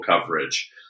coverage